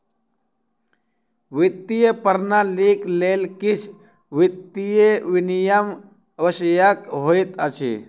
वित्तीय प्रणालीक लेल किछ वित्तीय विनियम आवश्यक होइत अछि